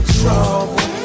trouble